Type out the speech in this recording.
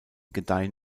gedeihen